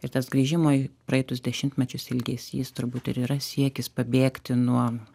ir tas grįžimo į praeitus dešimtmečius ilgesys turbūt ir yra siekis pabėgti nuo